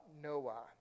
Noah